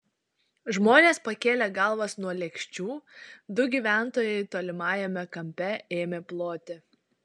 žmonės pakėlė galvas nuo lėkščių du gyventojai tolimajame kampe ėmė ploti